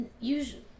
Usually